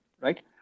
right